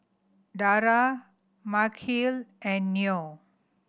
Dara Mikhail and Noah